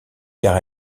car